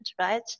right